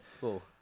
Cool